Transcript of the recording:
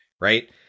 Right